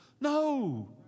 No